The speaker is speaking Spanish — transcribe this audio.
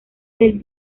del